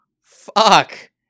Fuck